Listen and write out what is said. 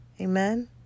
Amen